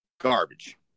Garbage